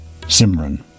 simran